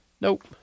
Nope